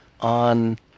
on